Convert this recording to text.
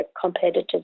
competitive